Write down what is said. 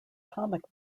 comic